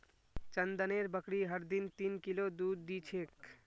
चंदनेर बकरी हर दिन तीन किलो दूध दी छेक